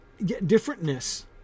differentness